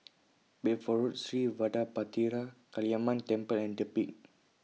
Bedford Road Sri Vadapathira Kaliamman Temple and The Peak